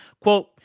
Quote